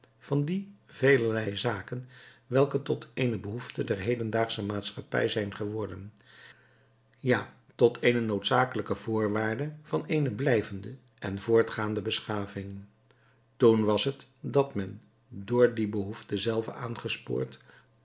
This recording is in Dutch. van die velerlei zaken welke tot eene behoefte der hedendaagsche maatschappij zijn geworden ja tot eene noodzakelijke voorwaarde van eene blijvende en voortgaande beschaving toen was het dat men door die behoefte zelve aangespoord